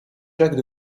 jacques